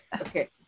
Okay